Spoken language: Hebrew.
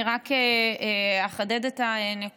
אני רק אחדד את הנקודה,